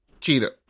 cheetah